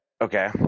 Okay